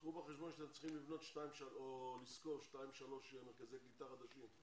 קחו בחשבון שאתם צריכים לבנות או לשכור שניים-שלושה מרכזי קליטה חדשים.